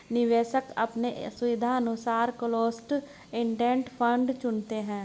निवेशक अपने सुविधानुसार क्लोस्ड इंडेड फंड चुनते है